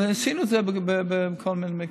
ועשינו את זה בכל בתי החולים.